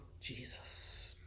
Jesus